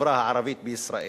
בחברה הערבית בישראל".